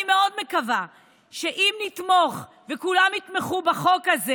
אני מאוד מקווה שאם נתמוך וכולם יתמכו בחוק הזה,